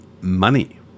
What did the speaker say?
Money